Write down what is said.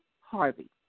Harvey